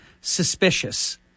suspicious